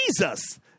Jesus